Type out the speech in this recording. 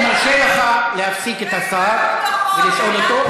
אני מרשה לך להפסיק את השר ולשאול אותו,